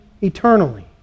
eternally